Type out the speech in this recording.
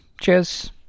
Cheers